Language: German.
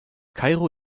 kairo